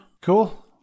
cool